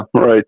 right